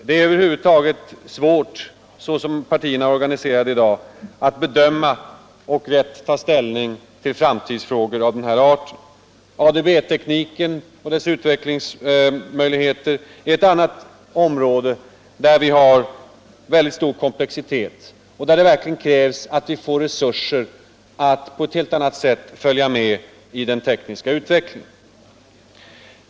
Det är över huvud taget svårt, så som partierna är organiserade i dag, att bedöma och rätt ta ställning till framtidsfrågor av den här arten. ADB-tekniken och dess utvecklingsmöjligheter är ett annat område med väldigt stor komplexitet och där det verkligen krävs att vi får resurser att på ett helt annat sätt än hittills följa med i den tekniska utvecklingen.